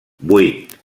vuit